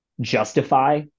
justify